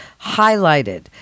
highlighted